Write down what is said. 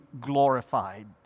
glorified